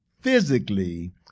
physically